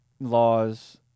laws